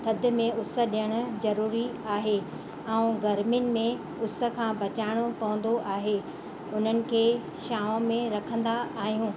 थदि में उस ॾियण जरूरी आहे ऐं गरमियुनि में उस खां बचाइणो पवंदो आहे उन्हनि खे छांव में रखंदा आहियूं